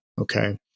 okay